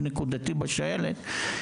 בשעלת.